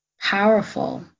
powerful